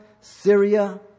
Syria